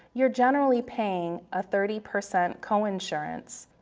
you're generally paying a thirty percent coinsurance.